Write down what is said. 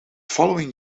following